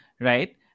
right